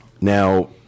Now